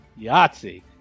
Yahtzee